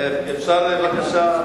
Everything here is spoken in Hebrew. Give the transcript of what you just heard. ראשון הדוברים,